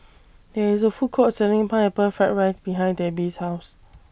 There IS A Food Court Selling Pineapple Fried Rice behind Debbie's House